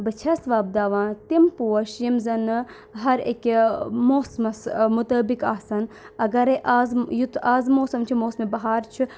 بہٕ چھَس وۄبداوان تِم پوش یِم زَنہٕ ہر أکِہ موسمَس مُطٲبِق آسَن اگرے آز یُتھ آز موسم چھُ موسمہِ بَہار چھُ